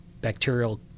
bacterial